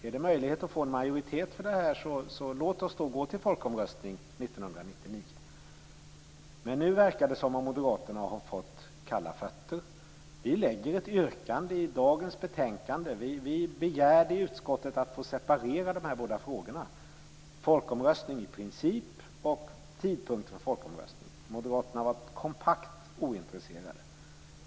Om det är möjligt att få en majoritet för detta, så låt oss då gå till folkomröstning 1999! Nu verkar dock Moderaterna ha fått kalla fötter. Vi har ett yrkande i dagens betänkande. I utskottet begärde vi att få separera de båda frågorna - folkomröstning i princip respektive tidpunkt för en folkomröstning. Moderaterna var kompakt ointresserade.